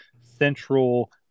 central